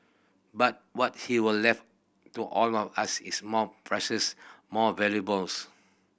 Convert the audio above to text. but what he were left to all of us is more precious more valuables